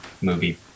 movie